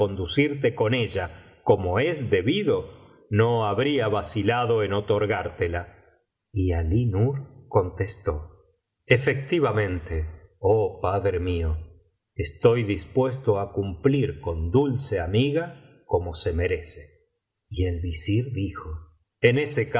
conducirte con ella como es debido no habría vacilado en otorgártela y alí nur contestó efectivamente oh padre mío estoy dispuesto á cumplir con dulce amiga como se merece y el visir dijo en